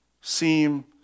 seem